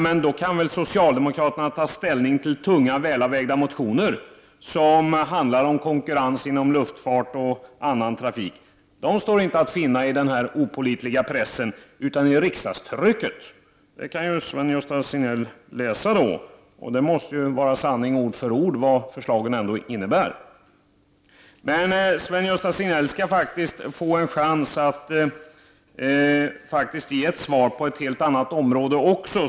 Men då kan väl socialdemokraterna ta ställning till tunga, välavvägda motioner som handlar om konkurrensen inom luftfart och annan trafik. De står inte att finna i den opålitliga pressen utan i riksdagstrycket. Det kan ju Sven-Gösta Signell läsa. Där måste vartenda ord vara sanning om vad förslagen innebär. Men Sven-Gösta Signell skall faktiskt få en chans att ge ett svar på ett helt annat område också.